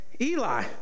Eli